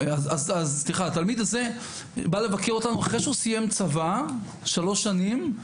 תלמיד בא לבקר אותנו אחרי שהוא סיים צבא שלוש שנים,